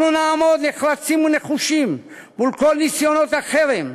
אנחנו נעמוד נחרצים ונחושים מול כל ניסיונות החרם,